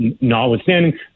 notwithstanding